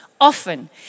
Often